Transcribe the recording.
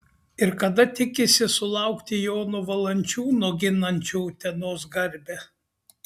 ir kada tikisi sulaukti jono valančiūno ginančio utenos garbę